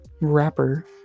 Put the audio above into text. rapper